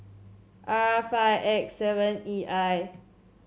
R five X seven E I